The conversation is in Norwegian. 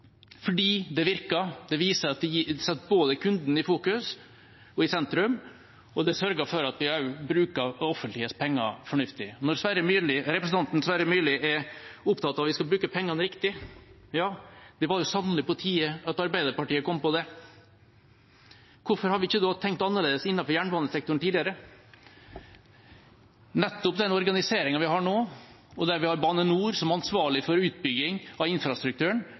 fordi det virker. Det viser at vi setter kunden i fokus, i sentrum, og vi sørger for at vi også bruker det offentliges penger fornuftig. Representanten Sverre Myrli er opptatt av at vi skal bruke pengene riktig. Ja, det var sannelig på tide at Arbeiderpartiet kom på det. Hvorfor har vi ikke tenkt annerledes innenfor jernbanesektoren tidligere, med nettopp den organiseringen vi har nå, der vi har Bane NOR som ansvarlig for utbygging av infrastrukturen?